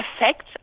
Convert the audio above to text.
Effect